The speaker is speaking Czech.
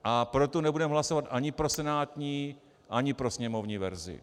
A proto nebudeme hlasovat ani pro senátní, ani pro sněmovní verzi.